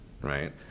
right